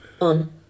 On